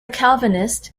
calvinist